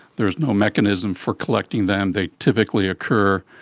there is no mechanism for collecting them. they typically occur,